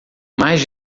mais